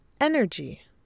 energy